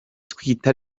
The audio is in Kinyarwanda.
twita